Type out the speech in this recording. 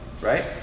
Right